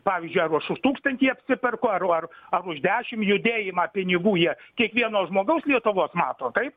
pavyzdžiui jeigu aš už tūkstantį apsiperku ar ar ar už dešim judėjimą pinigų jie kiekvieno žmogaus lietuvos mato taip